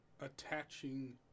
attaching